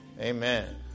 Amen